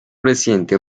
presidente